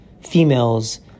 females